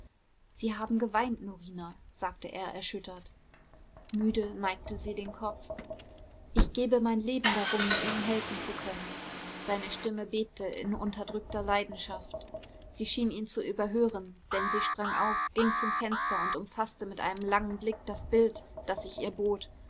sie haben geweint norina sagte er erschüttert müde neigte sie den kopf ich gebe mein leben darum ihnen helfen zu können seine stimme bebte in unterdrückter leidenschaft sie schien ihn zu überhören denn sie sprang auf ging zum fenster und umfaßte mit einem langen blick das bild das sich ihr bot